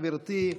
גברתי,